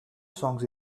songs